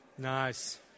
Nice